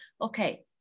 okay